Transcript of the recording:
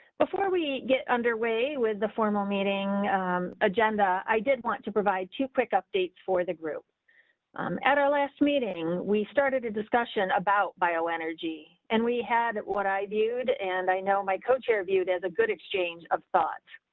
before we get underway with the formal meeting agenda, i did want to provide two quick updates for the group um at our last meeting. we started a discussion about bio energy and we had what i viewed and i know my co chair viewed as a good exchange of thoughts.